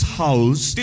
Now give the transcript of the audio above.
house